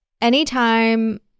anytime